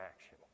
action